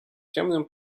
ciemnym